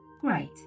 Great